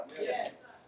Yes